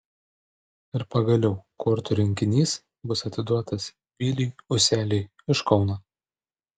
ir pagaliau kortų rinkinys bus atiduotas viliui useliui iš kauno